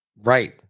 Right